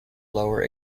lower